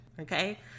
Okay